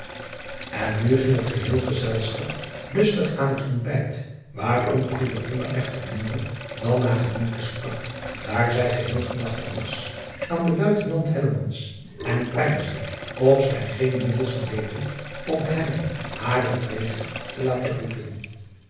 n nu ging het geheel gezelschap lustig aan het ontbijt waaronder echter minder dan naar gewoonte sprak daar zij geheel gedachte was aan den uitenant en peinsde of zij geen middel zou weten om hem harentwege te laten groeten